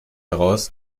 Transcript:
heraus